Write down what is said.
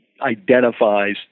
identifies